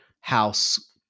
house